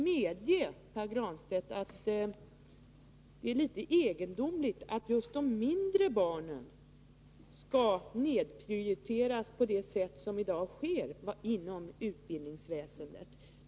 Medge, Pär Granstedt, att det är litet egendomligt att just de som skall ha hand om de mindre barnen skall nedprioriteras på det sätt som i dag sker inom utbildningsväsendet.